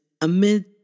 amid